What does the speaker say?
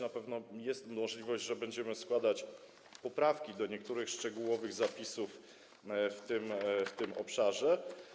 Na pewno jest możliwość, że będziemy składać poprawki do niektórych szczegółowych zapisów w tym obszarze.